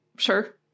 Sure